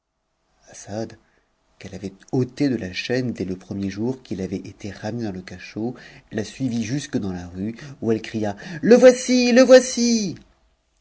qu'elle avait ôté de la chaîne dès le premier jour f m avait été ramené dans le cachot la suivit jusque dans la rue où décria le voici le voici